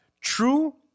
true